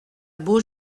beau